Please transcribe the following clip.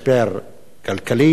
לפעמים זה משבר של זהות,